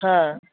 ᱦᱮᱸ